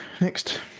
next